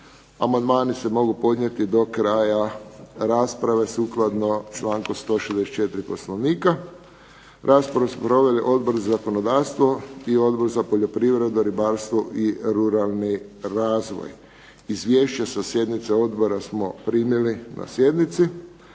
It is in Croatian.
Amandmani se mogu podnijeti do kraja rasprave sukladno čl. 164. Poslovnika. Raspravu su proveli Odbor za zakonodavstvo i Odbor za poljoprivredu, ribarstvo i ruralni razvoj. Izvješća sa sjednice odbora smo primili na sjednici.